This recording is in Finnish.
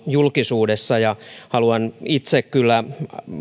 julkisuudessa haluan itse kyllä